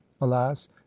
alas